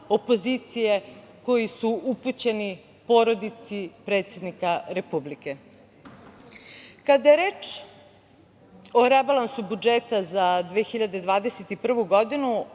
opozicije koji su upućeni porodici predsednika Republike. Kada je reč o rebalansu budžeta za 2021. godinu